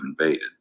invaded